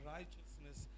Righteousness